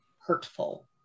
hurtful